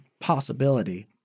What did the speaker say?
possibility